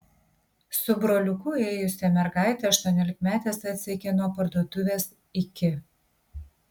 su broliuku ėjusią mergaitę aštuoniolikmetės atsekė nuo parduotuvės iki